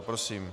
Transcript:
Prosím.